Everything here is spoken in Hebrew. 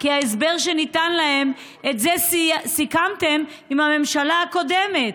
ההסבר שניתן להם: את זה סיכמתם עם הממשלה הקודמת.